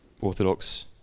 orthodox